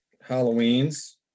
Halloween's